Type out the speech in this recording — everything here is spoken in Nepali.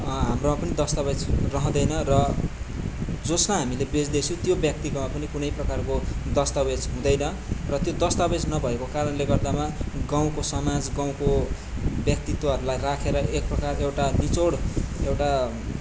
हाम्रोमा पनि दस्तावेज रहँदैन र जसलाई हामी बेच्दैछौँ त्यो व्यक्तिकोमा पनि कुनै प्रकारको दस्तावेज हुँदैन र त्यो दस्तावेज नभएको कारणले गर्दामा गाउँको समाज गाउँको व्यक्तित्वहरूलाई राखेर एक प्रकारको एउटा निचोड एउटा